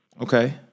Okay